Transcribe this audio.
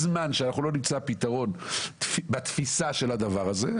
שאנחנו לא נמצא פתרון בתפיסה של הדבר הזה,